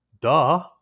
Duh